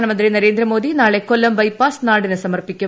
പ്രധാനമന്ത്രി നരേന്ദ്രമോദി നാളെ കൊല്ലം ബൈപ്പാസ് നാടിന് സമർപ്പിക്കും